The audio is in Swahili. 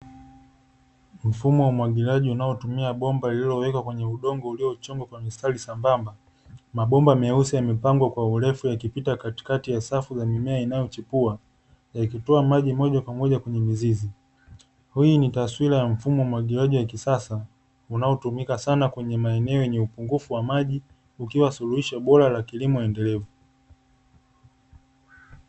Mfumo wa umwagiliaji, unaotumia bomba lililowekwa kwenye udongo uliochongwa kwa mistari sambamba. Mabomba meusi yamepangwa kwa urefu yakipita katikati ya safu za mimea inayochipua, yakitoa maji moja kwa moja kwenye mizizi. Hii ni taswira ya mfumo wa umwagiliaji wa kisasa unaotumika sana kwenye maeneo yenye upungufu wa maji, ukiwa suluhisho bora la kilimo endelevu.